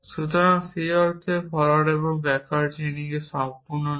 সুতরাং সেই অর্থে ফরোয়ার্ড এবং ব্যাকওয়ার্ড চেইনিং সম্পূর্ণ নয়